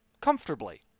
comfortably